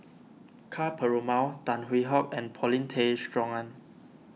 Ka Perumal Tan Hwee Hock and Paulin Tay Straughan